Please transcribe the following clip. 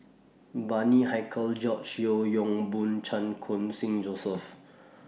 Bani Haykal George Yeo Yong Boon Chan Khun Sing Joseph